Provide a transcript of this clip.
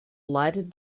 lighted